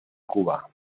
cuba